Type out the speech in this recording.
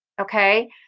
Okay